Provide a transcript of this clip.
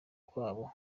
kwabo